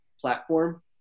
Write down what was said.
platform